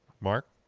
Mark